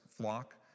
flock